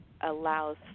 allows